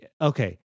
Okay